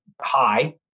High